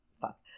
fuck